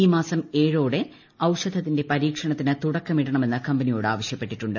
ഈമാസം ഏഴോടെ ഔഷധത്തിന്റെ പരീക്ഷണത്തിന് തുടക്കമിടണമെന്ന് കമ്പനിയോട് ആവശ്യപ്പെട്ടിട്ടുണ്ട്